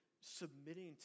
submitting